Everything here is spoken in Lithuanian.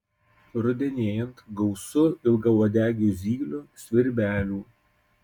rudenėjant gausu ilgauodegių zylių svirbelių